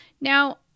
Now